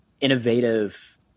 innovative